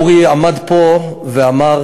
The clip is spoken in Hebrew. אורי עמד פה ואמר,